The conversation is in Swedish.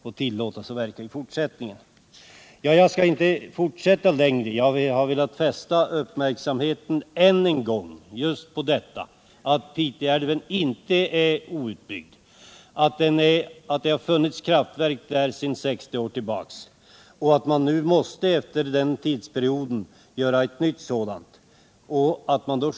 Jag skall inte fortsätta mitt anförande längre. Jag har än en gång velat fästa uppmärksamheten på att Piteälven inte är outbyggd och att det finns kraftverk där sedan 60 år tillbaka. Efter denna tid måste man nu bygga ett nytt kraftverk.